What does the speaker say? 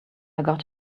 got